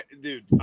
Dude